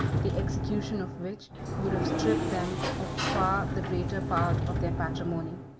the execution of which would have stripped them of far the greater part of their patrimony.